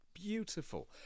Beautiful